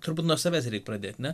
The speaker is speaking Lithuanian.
turbūt nuo savęs reik pradėt ne